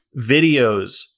videos